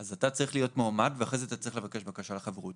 אתה צריך להיות מועמד ואחר כך אתה צריך לבקש בקשת חברות.